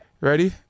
Ready